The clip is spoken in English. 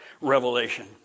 revelation